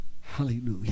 Hallelujah